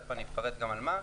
תיכף אפרט על מה.